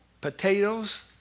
potatoes